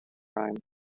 rhyme